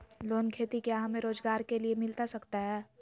Loan खेती क्या हमें रोजगार के लिए मिलता सकता है?